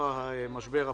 במהלך המשבר הפוליטי,